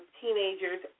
teenagers